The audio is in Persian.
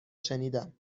شنیدم